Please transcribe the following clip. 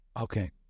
Okay